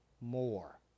more